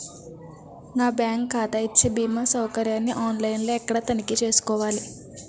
నా బ్యాంకు ఖాతా ఇచ్చే భీమా సౌకర్యాన్ని ఆన్ లైన్ లో ఎక్కడ తనిఖీ చేసుకోవాలి?